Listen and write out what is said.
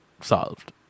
solved